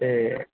ਅਤੇ